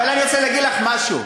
אבל אני רוצה להגיד לך משהו.